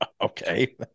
okay